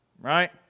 right